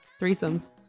threesomes